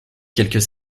quelques